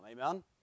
Amen